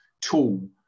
tool